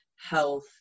health